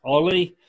Ollie